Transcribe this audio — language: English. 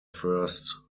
first